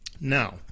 Now